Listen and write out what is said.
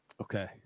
okay